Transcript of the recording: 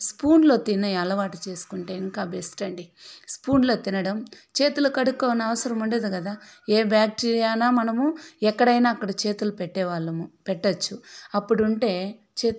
స్పూన్లో తినే అలవాటు చేసుకుంటే ఇంకా బెస్ట్ అండి స్పూన్లో తినడం చేతులు కడుక్కునే అవసరం ఉండదు కదా ఏ బ్యాక్టీరియానో మనము ఎక్కడైనా అక్కడ చేతులు పెట్టే వాళ్ళము పెట్టవచ్చు అప్పుడు ఉంటే చేతు